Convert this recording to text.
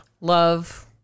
Love